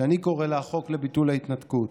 שאני קורא לה "החוק לביטול ההתנתקות".